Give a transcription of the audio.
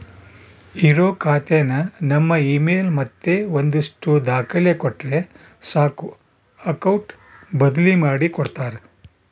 ಇರೋ ಖಾತೆನ ನಮ್ ಇಮೇಲ್ ಮತ್ತೆ ಒಂದಷ್ಟು ದಾಖಲೆ ಕೊಟ್ರೆ ಸಾಕು ಅಕೌಟ್ ಬದ್ಲಿ ಮಾಡಿ ಕೊಡ್ತಾರ